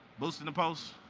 boosting a post.